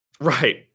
Right